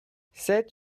sept